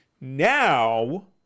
Now